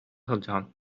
сылдьаҕын